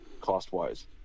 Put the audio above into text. cost-wise